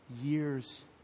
years